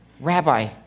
rabbi